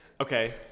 okay